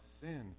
sin